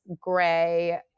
gray